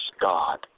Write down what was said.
God